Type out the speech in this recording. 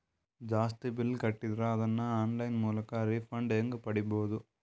ಜಾಸ್ತಿ ಬಿಲ್ ಕಟ್ಟಿದರ ಅದನ್ನ ಆನ್ಲೈನ್ ಮೂಲಕ ರಿಫಂಡ ಹೆಂಗ್ ಪಡಿಬಹುದು?